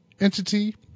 Entity